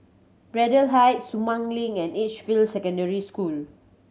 Braddell Heights Sumang Link and Edgefield Secondary School